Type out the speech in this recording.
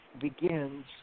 begins